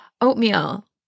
Oatmeal